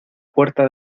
puerta